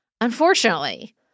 Unfortunately